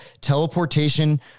teleportation